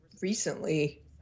Recently